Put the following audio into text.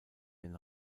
den